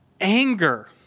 anger